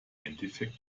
endeffekt